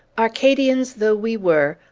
arcadians though we were,